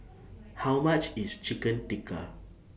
How much IS Chicken Tikka